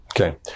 Okay